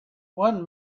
one